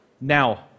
Now